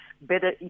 better